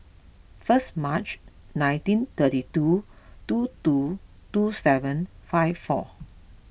first Mar nineteen thirty two two two two seven five four